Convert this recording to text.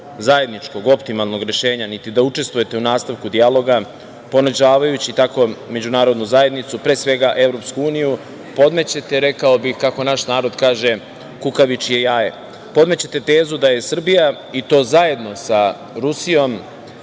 zajedničkog optimalnog rešenja, niti da učestvujete u nastavku dijaloga, ponižavajući tako međunarodnu zajednicu, pre svega EU, podmećete rekao bih, kako naš narod kaže, kukavičje jaje. Podmećete tezu da je Srbija i to zajedno sa Rusijom,